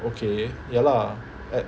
okay ya lah at